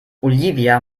olivia